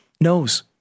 knows